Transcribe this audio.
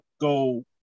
Go